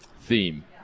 theme